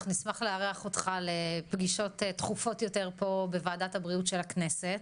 אנחנו נשמח לארח אותך לפגישות תכופות יותר פה בוועדת הבריאות של הכנסת.